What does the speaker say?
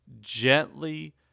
gently